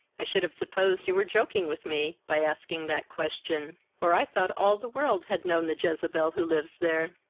i should have supposed you were joking with me, by asking that question, for i thought all the world had known the jezebel who lives there.